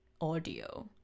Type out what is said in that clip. audio